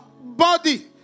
body